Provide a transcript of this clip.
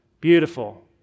Beautiful